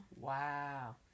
Wow